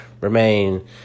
Remain